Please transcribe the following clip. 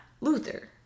Luther